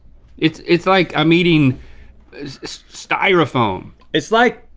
it's it's like i'm eating styrofoam. it's like,